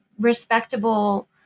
respectable